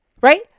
Right